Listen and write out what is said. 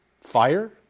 Fire